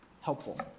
helpful